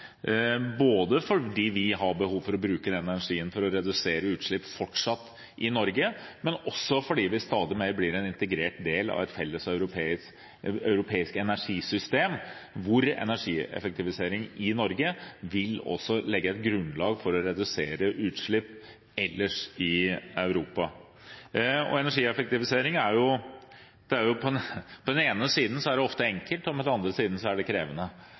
både fordi vi har behov for å bruke denne energien til fortsatt å redusere utslippene i Norge, og fordi vi stadig blir en mer integrert del av et felles europeisk energisystem, hvor energieffektivisering i Norge også vil legge et grunnlag for å redusere utslipp ellers i Europa. Energieffektivisering er på den ene siden ofte enkelt, men på den andre siden er det krevende.